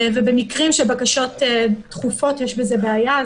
במקרים של בקשות דחופות יש בזה בעיה.